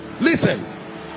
Listen